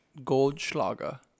Goldschlager